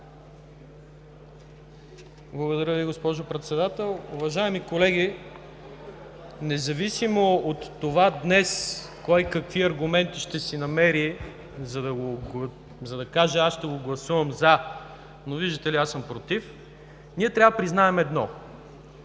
Благодаря Ви, госпожо Председател. Уважаеми колеги, независимо от това днес кой, какви аргументи ще си намери, за да каже: „аз ще гласувам „за“, но виждате ли, аз съм против“, ние трябва да признаем едно.